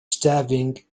staffing